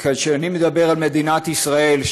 כאשר אני מדבר על מדינת ישראל,